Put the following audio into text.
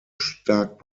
stark